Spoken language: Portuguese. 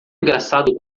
engraçado